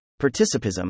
participism